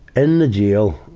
in the jail,